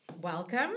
Welcome